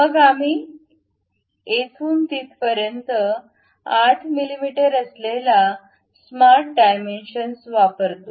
मग आम्ही येथून तिथेपर्यंत 8 मिमी असलेला स्मार्ट डायमेन्शन वापरतो